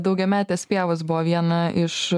daugiametės pievos buvo viena iš